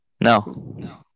No